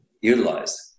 utilized